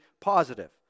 positive